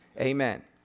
Amen